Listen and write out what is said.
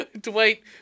Dwight